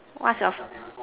what's your